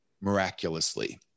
miraculously